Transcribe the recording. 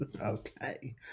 Okay